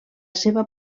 seva